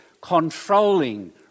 controlling